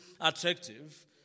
attractive